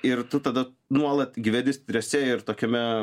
ir tu tada nuolat gyveni strese ir tokiame